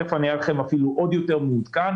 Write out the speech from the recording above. תיכף אראה לכם אפילו עוד יותר מעודכן.